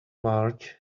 march